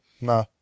no